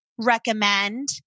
recommend